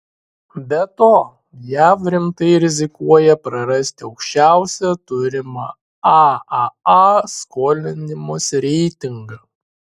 be to jav rimtai rizikuoja prarasti aukščiausią turimą aaa skolinimosi reitingą